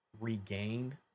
Regained